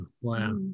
Wow